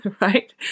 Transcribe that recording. right